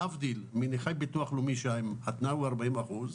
להבדיל מנכה ביטוח לאומי שההתנעה הוא 40%,